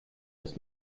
das